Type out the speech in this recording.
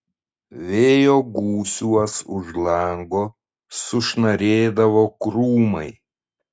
vėjo gūsiuos už lango sušnarėdavo krūmai